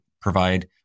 provide